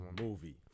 movie